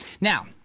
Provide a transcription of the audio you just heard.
Now